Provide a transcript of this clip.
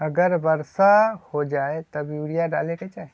अगर वर्षा हो जाए तब यूरिया डाले के चाहि?